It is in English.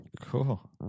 Cool